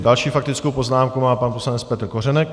Další faktickou poznámku má pan poslanec Petr Kořenek.